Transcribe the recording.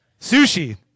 Sushi